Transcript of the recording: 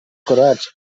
croats